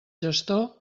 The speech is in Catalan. gestor